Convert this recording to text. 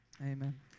Amen